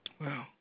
Wow